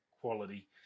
quality